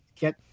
get